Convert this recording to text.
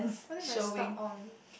but then must stuck on